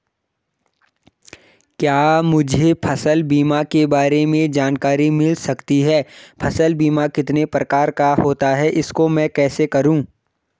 क्या मुझे फसल बीमा के बारे में जानकारी मिल सकती है फसल बीमा कितने प्रकार का होता है इसको मैं कैसे करूँ?